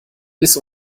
bis